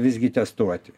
visgi testuoti